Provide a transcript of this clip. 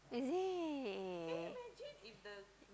is it